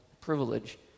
privilege